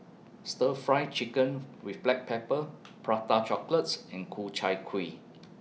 Stir Fry Chicken with Black Pepper Prata Chocolates and Ku Chai Kuih